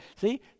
See